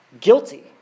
guilty